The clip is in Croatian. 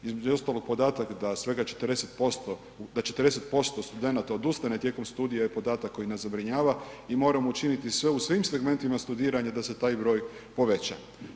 Između ostalog podatak da svega 40%, da 40% studenata odustane tijekom studija je podatak koji nas zabrinjava i moramo učiniti sve u svim segmentima studiranja da se taj broj poveća.